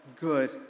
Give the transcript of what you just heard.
good